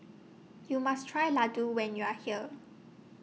YOU must Try Laddu when YOU Are here